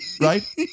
right